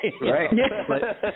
Right